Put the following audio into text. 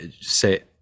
say